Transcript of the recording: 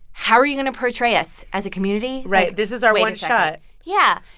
how are you going to portray us as a community? right. this is our one shot yeah,